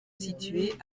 situé